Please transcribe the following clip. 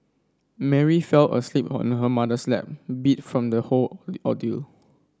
Mary fell asleep on her mother's lap beat from the whole ordeal